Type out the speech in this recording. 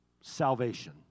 salvation